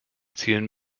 zielen